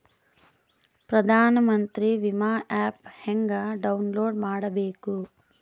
ಪ್ರಧಾನಮಂತ್ರಿ ವಿಮಾ ಆ್ಯಪ್ ಹೆಂಗ ಡೌನ್ಲೋಡ್ ಮಾಡಬೇಕು?